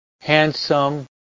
handsome